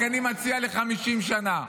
אני רק מציע ל-50 שנה.